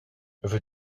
veux